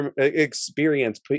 experience